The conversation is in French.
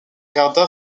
garda